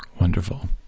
Wonderful